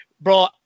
bro